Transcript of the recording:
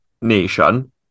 nation